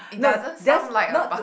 no there's not